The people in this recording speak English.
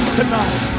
tonight